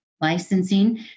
licensing